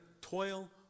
toil